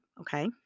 okay